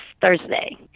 Thursday